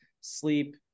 sleep